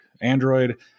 Android